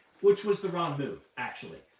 which was the wrong move, actually.